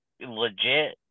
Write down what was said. legit